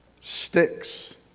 sticks